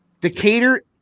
Decatur